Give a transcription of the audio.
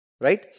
Right